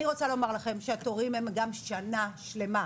אני רוצה לומר לכם שהתורים הם גם שנה שלמה.